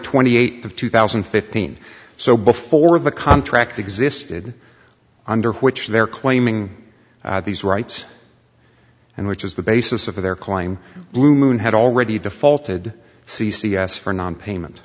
twenty eighth of two thousand and fifteen so before the contract existed under which they're claiming these rights and which is the basis of their climb blue moon had already defaulted c c s for nonpayment